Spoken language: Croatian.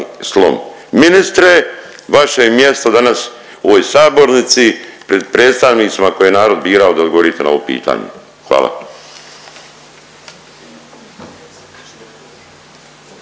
slom. Ministre vaše je mjesto danas u ovoj sabornici pred predstavnicima koje je narod birao da odgovorite na ovo pitanje. Hvala.